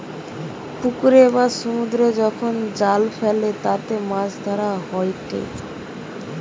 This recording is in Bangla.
পুকুরে বা সমুদ্রে যখন জাল ফেলে তাতে মাছ ধরা হয়েটে